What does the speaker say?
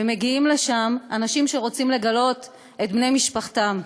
ומגיעים לשם אנשים שרוצים לגלות את בני משפחתם.